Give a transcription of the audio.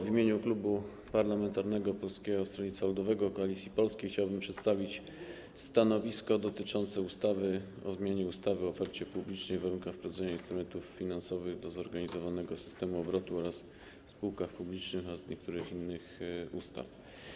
W imieniu Klubu Parlamentarnego Polskie Stronnictwo Ludowe - Koalicja Polska chciałbym przedstawić stanowisko wobec rządowego projektu ustawy o zmianie ustawy o ofercie publicznej i warunkach wprowadzania instrumentów finansowych do zorganizowanego systemu obrotu oraz o spółkach publicznych oraz niektórych innych ustaw.